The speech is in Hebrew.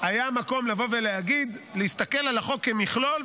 היה מקום לבוא ולהסתכל על החוק כמכלול,